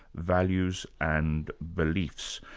values and beliefs.